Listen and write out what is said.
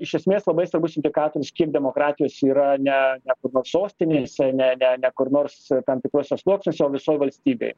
iš esmės labai svarbus indikatorius kiek demokratijos yra ne ne kur nors sostinėse ne ne ne kur nors tam tikruose sluoksniuose o visoj valstybėj